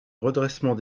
redressement